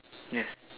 yes